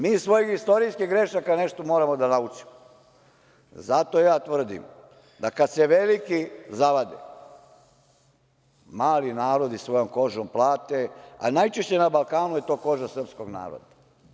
Mi iz svojih istorijskih grešaka nešto moramo da naučimo, zato ja tvrdim da kad se veliki zavade, mali narodi svojom kožom plate, a najčešće na Balkanu je to koža srpskog naroda.